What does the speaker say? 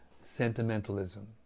sentimentalism